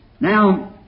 Now